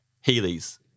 Healy's